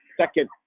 second